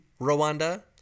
Rwanda